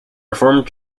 reformed